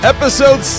Episode